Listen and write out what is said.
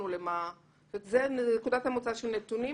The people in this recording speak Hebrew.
זו נקודת המוצא של נתונים.